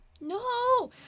No